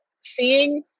seeing